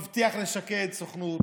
מבטיח לשקד סוכנות,